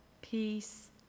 peace